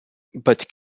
but